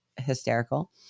hysterical